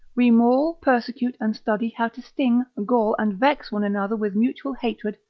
we maul, persecute, and study how to sting, gall, and vex one another with mutual hatred,